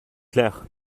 clair